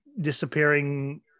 disappearing